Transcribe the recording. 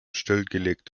stillgelegt